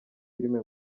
filime